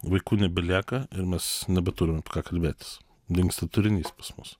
vaikų nebelieka ir mes nebeturim apie ką kalbėtis dingsta turinys pas mus